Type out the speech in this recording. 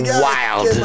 wild